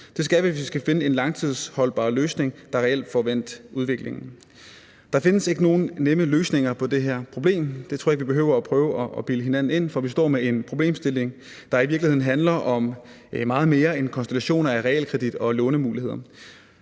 det skal vi, hvis vi skal finde en langtidsholdbar løsning, der reelt får vendt udviklingen. Der findes ikke nogen nemme løsninger på det her problem. Det tror jeg ikke vi behøver at prøve at bilde hinanden ind, for vi står med en problemstilling, der i virkeligheden handler om meget mere end en konstellation af realkredit og lånemuligheder.